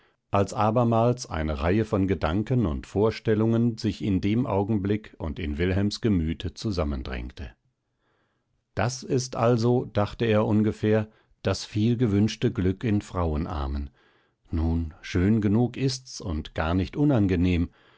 als abermals eine reihe von gedanken und vorstellungen sich in dem augenblick und in wilhelms gemüte zusammendrängte das ist also dachte er ungefähr das vielgewünschte glück in frauenarmen nun schön genug ist's und gar nicht unangenehm